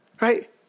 right